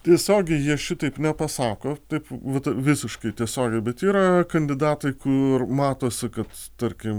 tiesiogiai jie šitaip nepasako taip vat visiškai tiesiogiai bet yra kandidatai kur matosi kad tarkim